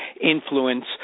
influence